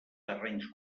terrenys